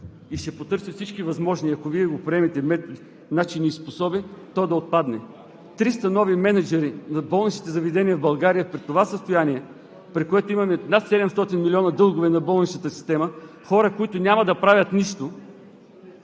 и ще потърси всички възможни начини, ако Вие го приемете, то да отпадне. Триста нови мениджъри на болничните заведения в България при това състояние, при което имаме над 700 милиона дългове на болничната система – хора, които няма да правят нищо,